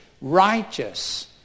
righteous